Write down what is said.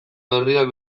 berriak